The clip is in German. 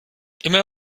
immer